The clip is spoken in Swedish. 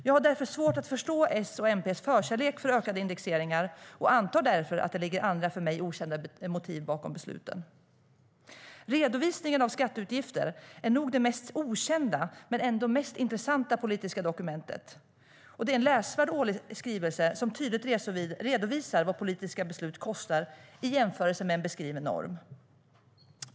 Jag har därför svårt att förstå Socialdemokraternas och Miljöpartiets förkärlek för ökade indexeringar och antar därför att det ligger andra, för mig okända motiv bakom besluten. Redovisningen av skatteutgifter är nog det mest okända men ändå mest intressanta politiska dokumentet. Det är en läsvärd årlig skrivelse som tydligt redovisar vad politiska beslut kostar i jämförelse med en beskriven norm.